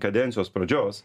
kadencijos pradžios